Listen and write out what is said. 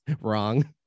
wrong